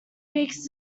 weeks